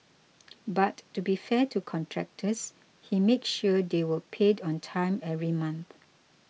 but to be fair to contractors he made sure they were paid on time every month